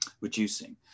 reducing